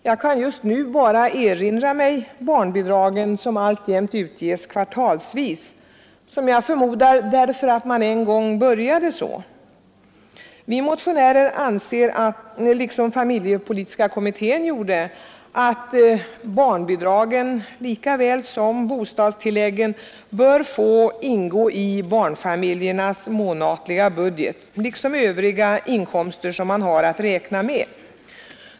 Jag kan just nu bara erinra mig barnbidragen som exempel på bidrag som alltjämt utges kvartalsvis — som jag förmodar därför att man en gång började så. Vi motionärer anser — liksom familjepolitiska kommittén gjorde — att barnbidragen lika väl som bostadstilläggen bör få ingå i barnfamiljernas månatliga budget, på samma sätt som övriga inkomster man har att räkna med.